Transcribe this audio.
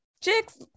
chicks